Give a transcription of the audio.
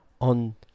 on